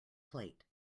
plate